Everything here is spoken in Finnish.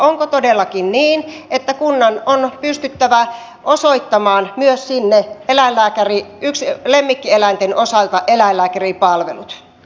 onko todellakin niin että kunnan on pystyttävä myös osoittamaan lemmikkieläinten osalta eläinlääkäripalvelut